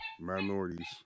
minorities